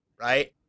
right